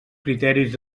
criteris